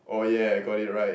oh yeah I got it right